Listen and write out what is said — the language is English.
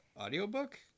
audiobook